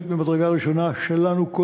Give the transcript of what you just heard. קודם בעיה חינוכית ממדרגה ראשונה שלנו.